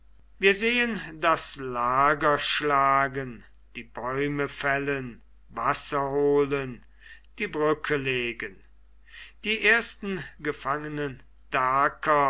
wir sehen das lager schlagen die bäume fällen wasser holen die brücke legen die ersten gefangenen